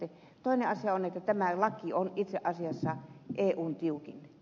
toinen asia on se että tämä laki on itse asiassa eun tiukin